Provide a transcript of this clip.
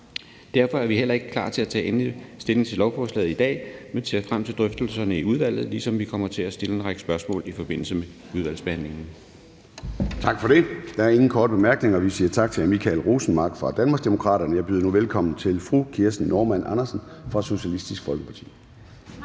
Derfor er vi heller ikke klar til at tage endelig stilling til lovforslaget i dag, men ser frem til drøftelserne i udvalget, ligesom vi kommer til at stille en række spørgsmål i forbindelse med udvalgsbehandlingen. Kl. 10:25 Formanden (Søren Gade): Tak for det. Der er ingen korte bemærkninger. Vi siger tak til hr. Michael Rosenmark fra Danmarksdemokraterne. Jeg byder nu velkommen til fru Kirsten Normann Andersen fra Socialistisk Folkeparti.